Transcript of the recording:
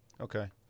Okay